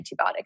antibiotic